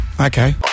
Okay